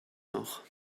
noch